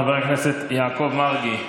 חבר הכנסת יעקב מרגי.